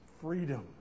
freedom